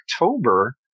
October